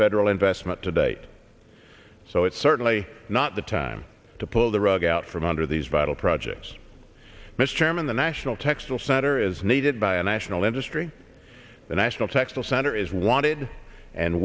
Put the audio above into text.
federal investment to date so it's certainly not the time to pull the rug out from under these vital projects mr chairman the national texel center is needed by a national industry the national textile center is wanted and